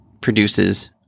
produces